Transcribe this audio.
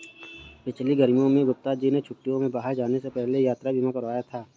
पिछली गर्मियों में गुप्ता जी ने छुट्टियों में बाहर जाने से पहले यात्रा बीमा कराया था